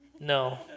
No